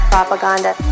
Propaganda